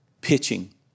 pitching